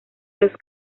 los